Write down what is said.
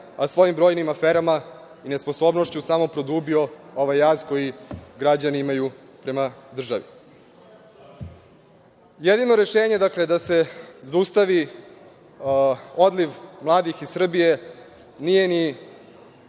a svojim brojnim aferama i nesposobnošću samo produbio ovaj jaz koji građani imaju prema državi. Jedino rešenje dakle, da se zaustavi odliv mladih iz Srbije, nije ni